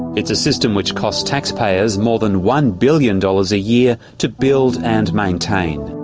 it's a system which costs taxpayers more than one billion dollars a year to build and maintain.